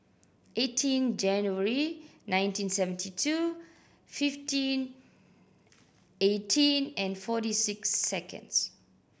eighteen January nineteen seventy two fifteen eighteen and forty six seconds